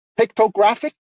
pictographic